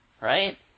right